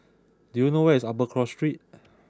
do you know where is Upper Cross Street